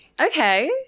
Okay